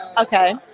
okay